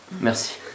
Merci